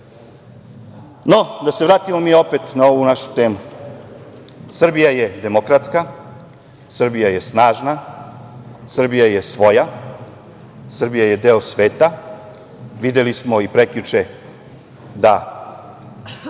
da se vratimo mi opet na ovu našu temu. Srbija je demokratska, Srbija je snažna, Srbija je svoja, Srbija je deo sveta. Videli smo prekjuče da